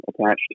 attached